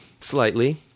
slightly